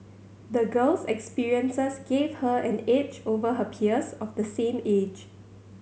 the girl's experiences gave her an edge over her peers of the same age